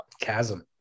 Chasm